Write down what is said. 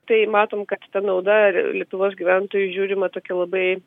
tai matom kad ta nauda lietuvos gyventojų žiūrima tokia labai